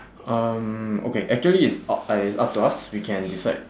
um okay actually it's up uh it's up to us we can decide